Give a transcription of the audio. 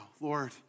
Lord